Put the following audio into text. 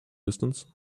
distance